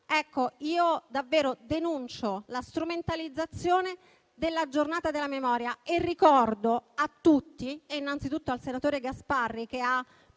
Io davvero denuncio la strumentalizzazione della Giornata della memoria e ricordo a tutti, innanzitutto al senatore Gasparri, che ha